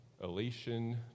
elation